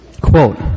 Quote